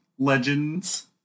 Legends